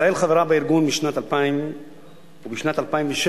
ישראל חברה בארגון משנת 2000. בשנת 2007